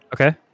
Okay